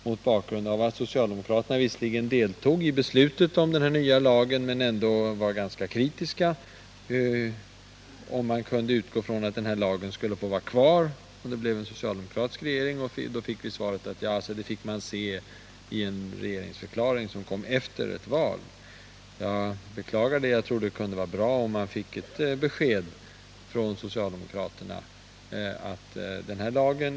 Mot bakgrund av att socialdemokraterna visserligen stod bakom beslutet om den nya lagen men ändå var ganska kritiska frågade jag vid det tillfället Doris Håvik, om man kunde utgå ifrån att den här lagen skulle få vara kvar, om det blev en socialdemokratisk regering. Då fick jag svaret att det skulle man få veta i en regeringsförklaring efter valet. Jag beklagade detta och sade att det kunde vara bra, om man fick ett besked från socialdemokraterna.